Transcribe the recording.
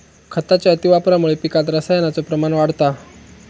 खताच्या अतिवापरामुळा पिकात रसायनाचो प्रमाण वाढता